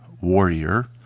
warrior